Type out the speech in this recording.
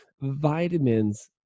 vitamins